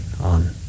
on